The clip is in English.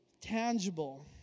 tangible